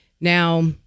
Now